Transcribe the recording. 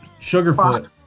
Sugarfoot